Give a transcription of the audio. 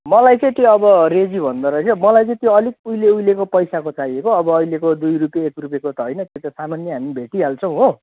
मलाई चाहिँ त्यो अब रेजी भन्दो रहेछ मलाई चाहिँ त्यो अलिक उहिले उहिलेको पैसाको चाहिएको अब अहिलेको दुई रुपियाँ एक रुपियाँको त होइन त्यो त सामान्य हामी भेटिहाल्छौँ हो